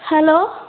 hello